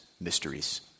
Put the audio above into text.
mysteries